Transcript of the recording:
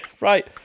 right